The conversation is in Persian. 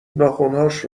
ناخنهاش